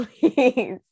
please